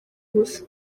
ubusa